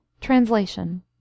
TRANSLATION